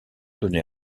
donnée